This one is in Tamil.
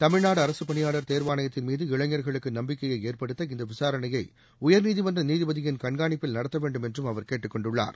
தமிழ்நாடு அரசு பணியாளர் தேர்வாணையத்தின் மீது இளைஞர்களுக்கு நம்பிக்கையை ஏற்படுத்த இந்த விசாரணையை உயா்நீதிமன்ற நீதிபதியின் கண்காணிப்பில் நடத்த வேண்டும் என்றும் அவா் கேட்டுக்கொண்டுள்ளார்